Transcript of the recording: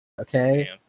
Okay